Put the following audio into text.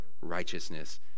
righteousness